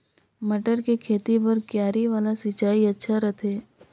मटर के खेती बर क्यारी वाला सिंचाई अच्छा रथे?